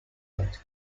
earth